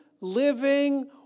living